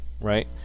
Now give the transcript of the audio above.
right